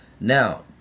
Now